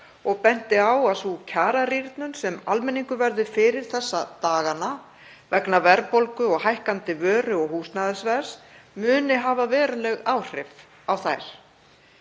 og benti á að sú kjararýrnun sem almenningur verður fyrir þessa dagana vegna verðbólgu og hækkandi vöru- og húsnæðisverðs muni hafa veruleg áhrif á þær.